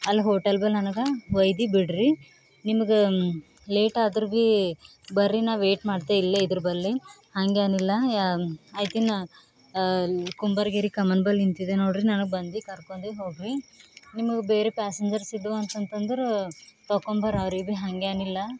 ಅಲ್ಲಿ ಹೋಟೆಲ್ ಭೀ ನನಗೆ ಒಯ್ದಿ ಬಿಡಿರಿ ನಿಮ್ಗೆ ಲೇಟ್ ಆದ್ರೂ ಭೀ ಬರ್ರಿ ನಾನು ವೇಟ್ ಮಾಡ್ತೆ ಇಲ್ಲೇ ಇದ್ರ ಬಲ್ಲಿ ಹಾಗೇನಿಲ್ಲ ಆಯ್ತಿನ್ನು ಕುಂಬಾರ್ಗೇರಿ ಕಮಾನು ಬಲಿ ನಿಂತಿದೆ ನೋಡಿರಿ ನನಗೆ ಬಂದು ಕರ್ಕೊಂಡಿ ಹೋಗಿರಿ ನಿಮಗೆ ಬೇರೆ ಪ್ಯಾಸೆಂಜರ್ಸ್ ಇದ್ವು ಅಂತಂತಂದ್ರೆ ತಕೊಂಬರ್ರೀ ಅವ್ರಿಗೆ ಭೀ ಹಾಗೇನಿಲ್ಲ